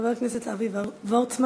חבר הכנסת אבי וורצמן.